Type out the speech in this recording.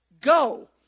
go